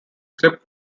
slipped